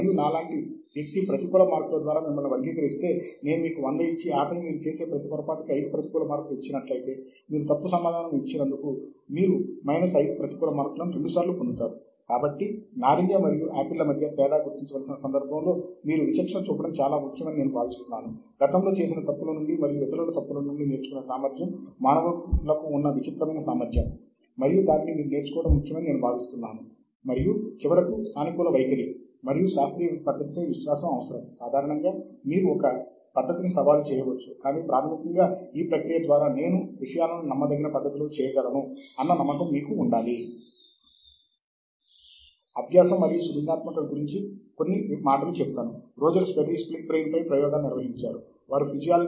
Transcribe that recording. మరియు అందువల్ల ఆ వనరు తన వాస్తవ కదలికను కొనసాగిస్తున్నందున మనము ఆ వనరును వాస్తవ స్థానము నుండి పొందగలము మరియు మీరు ఆన్లైన్ లో అందుబాటులో గల వనరును సూచించబోతున్నట్లయితే నిర్దిష్ట వనరు యొక్క DOI సంఖ్యను నిర్ధారించుకోండి తద్వారా మీరు దానిని ఆ సంఖ్యను ఉపయోగించి సూచించవచ్చు